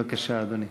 בבקשה, אדוני.